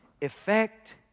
effect